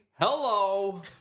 Hello